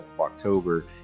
october